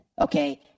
okay